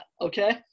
okay